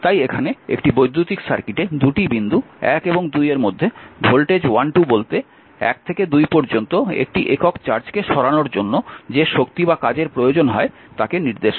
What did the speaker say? তাই এখানে একটি বৈদ্যুতিক সার্কিটে 2টি বিন্দু 1 এবং 2 এর মধ্যে ভোল্টেজ V12 বলতে 1 থেকে 2 পর্যন্ত একটি একক চার্জকে সরানোর জন্য যে শক্তি বা কাজের প্রয়োজন হয় তাকে নির্দেশ করে